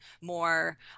more